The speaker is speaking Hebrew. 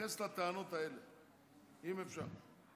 תתייחס לטענות האלה, אם אפשר.